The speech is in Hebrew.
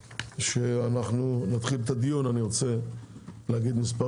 לפני שנתחיל את הדיון אני רוצה לומר מספר